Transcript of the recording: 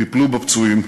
טיפלו בפצועים.